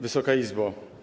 Wysoka Izbo!